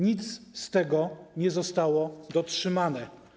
Nic z tego nie zostało dotrzymane.